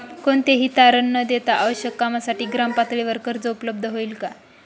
कोणतेही तारण न देता आवश्यक कामासाठी ग्रामपातळीवर कर्ज उपलब्ध होईल का?